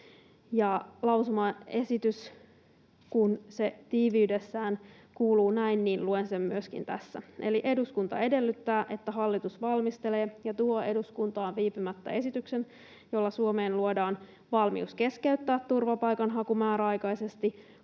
Lausumaesitys, kun se tiiviydessään kuuluu näin, niin luen sen myöskin tässä, eli: ”Eduskunta edellyttää, että hallitus valmistelee ja tuo eduskuntaan viipymättä esityksen, jolla Suomeen luodaan valmius keskeyttää turvapaikanhaku määräaikaisesti